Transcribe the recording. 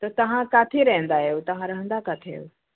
त तव्हां किथे रहंदा आहियो तव्हां रहंदा किथे आहियो